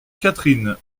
catherine